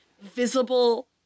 visible